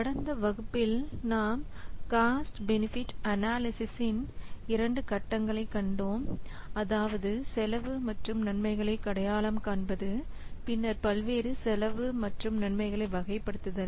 கடந்த வகுப்பில் நாம் காஸ்ட் பெனிபிட் அனாலிசிஸின் இரண்டு கட்டங்களைக் கண்டோம் அதாவது செலவு மற்றும் நன்மைகளை அடையாளம் காண்பது பின்னர் பல்வேறு செலவு மற்றும் நன்மைகளை வகைப்படுத்துதல்